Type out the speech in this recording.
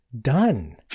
done